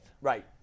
Right